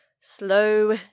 slow